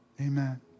Amen